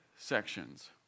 sections